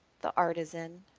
the artisan,